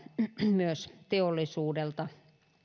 myös teollisuudelta